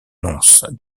nonce